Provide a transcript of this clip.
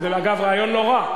זה, אגב, רעיון לא רע.